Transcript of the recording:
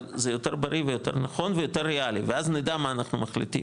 אבל זה יותר בריא ויותר נכון ויותר ריאלי ואז נדע מה אנחנו מחליטים.